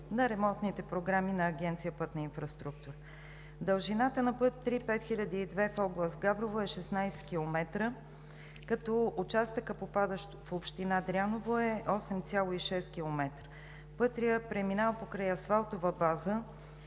на ремонтните програми на Агенция „Пътна инфраструктура“. Дължината на път III-5002 в област Габрово е 16 км, като участъкът, попадащ в община Дряново, е 8,6 км. Пътят преминава покрай Асфалтова база